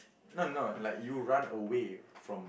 no no like you run away from